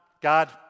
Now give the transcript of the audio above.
God